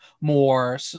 more